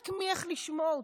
רק מלשמוע אותו: